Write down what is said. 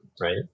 Right